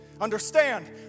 understand